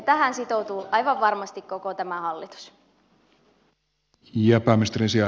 tähän sitoutuu aivan varmasti koko tämä hallitus